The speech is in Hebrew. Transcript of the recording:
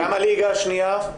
כן, גם הליגה השנייה?